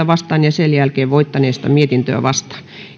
vastaan ja sen jälkeen voittaneesta mietintöä vastaan